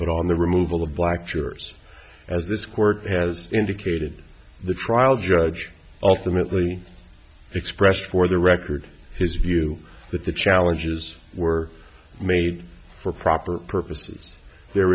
but on the removal of black jurors as this court has indicated the trial judge ultimately expressed for the record his view that the challenges were made for proper purposes there